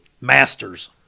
Masters